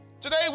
Today